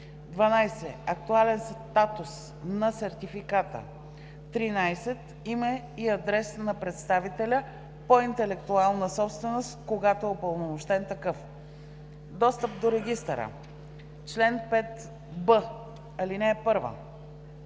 12. актуален статус на сертификата; 13. име и адрес на представителя по интелектуална собственост, когато е упълномощен такъв. Достъп до регистъра Чл. 5б. (1) Регистърът